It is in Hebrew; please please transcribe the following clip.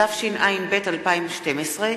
התשע”ב 2012,